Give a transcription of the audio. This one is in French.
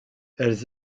elles